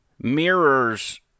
mirrors